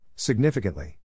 Significantly